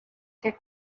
què